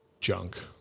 junk